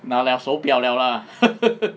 拿了手表了 lah